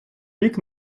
бік